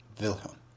Wilhelm